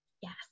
Yes